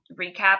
recap